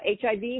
HIV